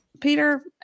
Peter